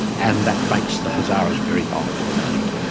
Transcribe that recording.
and that makes the hazaras very vulnerable indeed.